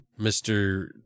mr